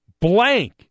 blank